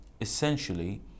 essentially